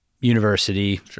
university